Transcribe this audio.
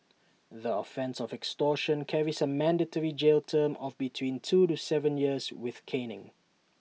the offence of extortion carries A mandatory jail term of between two to Seven years with caning